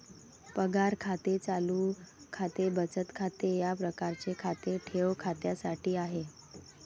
पगार खाते चालू खाते बचत खाते या प्रकारचे खाते ठेव खात्यासाठी आहे